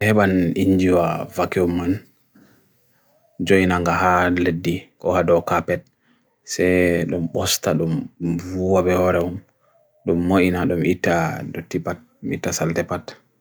Heban injua vakiuman, joina nga hard lady, koha do kapet, se lum bosta lum buwabia warawum, lum moina lum ita saltepat.